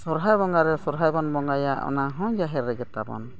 ᱥᱚᱦᱨᱟᱭ ᱵᱚᱸᱜᱟ ᱨᱮ ᱥᱚᱦᱨᱟᱭ ᱵᱚᱱ ᱵᱚᱸᱜᱟᱭᱟ ᱚᱱᱟᱦᱚᱸ ᱡᱟᱦᱮᱨ ᱨᱮᱜᱮ ᱛᱟᱵᱚᱱ